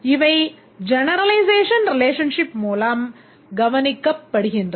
இவை generalization relationship மூலம் கவனிக்கப்படுகின்றன